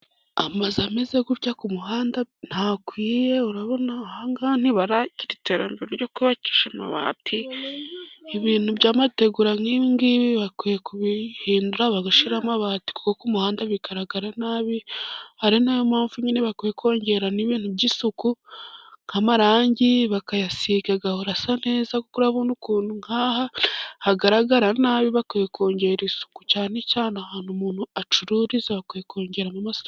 Amazu ameze gutya ku muhanda ntakwiye, urabona ahahanga ntibarakira iterambere ryo kubakisha amabati, ibintu by'amategura nk'ingibi bakwiye kubihindura bagashyiramo amabati, kuko umuhanda bigaragara nabi, ari nayo mpamvu nyine bakwiye kongeramo ibintu by'isuku nk'amarangi bakayasiga hagahora asa neza, urabona ukuntu nk'aha hagaragara nabi, bakwiye kongera isuku cyane cyane ahantu umuntu acururiza, bakwiye kongeramo isuku.